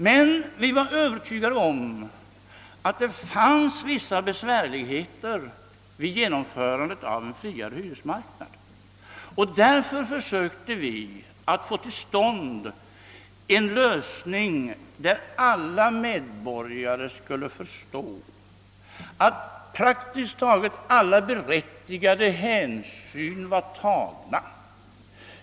Men vi visste också att vissa besvärligheter möter vid genomförandet av en friare hyresmarknad, och därför försökte vi få till stånd en sådan lösning att alla medborgare skulle förstå att praktiskt taget samtliga berättigade hänsyn var tagna.